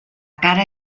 cara